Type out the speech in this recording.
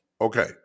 Okay